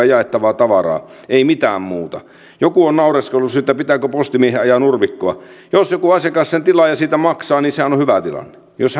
jaettavaa tavaraa ei mitään muuta joku on naureskellut sitä pitääkö postimiehen ajaa nurmikkoa jos joku asiakas sen tilaa ja siitä maksaa niin sehän on hyvä tilanne jos